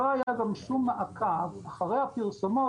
לא היה גם שום מעקב אחרי הפרסומות,